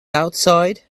outside